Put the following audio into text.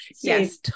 yes